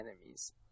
enemies